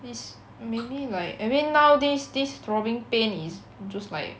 is mainly like I mean now this this throbbing pain is just like